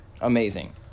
Amazing